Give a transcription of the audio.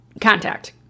contact